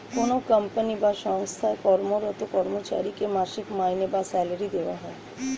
কোনো কোম্পানি বা সঙ্গস্থায় কর্মরত কর্মচারীকে মাসিক মাইনে বা স্যালারি দেওয়া হয়